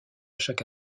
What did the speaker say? chaque